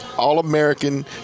all-American